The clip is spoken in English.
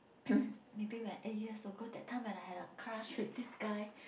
maybe when eight years ago that time when I had a crush with this guy